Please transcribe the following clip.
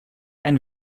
ein